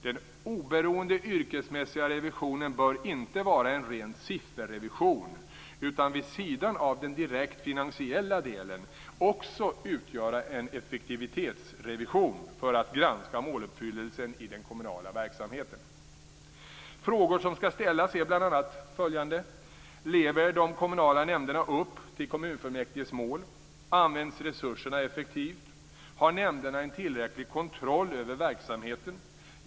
Den oberoende yrkesmässiga revisionen bör inte vara en ren "sifferrevision" utan vid sidan av den direkt finansiella delen också utgöra en effektivitetsrevision för att granska måluppfyllelsen i den kommunala verksamheten. Frågor som skall ställas är bl.a. följande: Lever de kommunala nämnderna upp till kommunfullmäktiges mål? Används resurserna effektivt? Har nämnderna en tillräcklig kontroll över verksamheten?